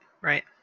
right